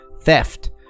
Theft